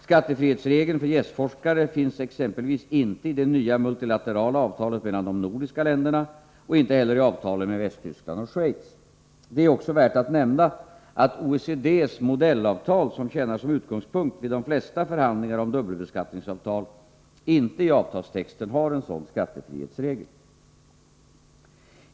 Skattefrihetsregeln för gästforskare finns exempelvis inte i det nya multilaterala avtalet mellan de nordiska länderna och inte heller i avtalen med Västtyskland och Schweiz. Det är också värt att nämna att OECD:s modellavtal, som tjänar som utgångspunkt vid de flesta förhandlingar om dubbelbeskattningsavtal, inte i avtalstexten har en sådan skattefrihetsregel.